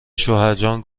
شوهرجان